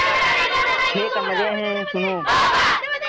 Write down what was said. छह कमरे हैं सुनो